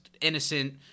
innocent